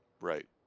right